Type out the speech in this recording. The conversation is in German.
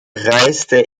reiste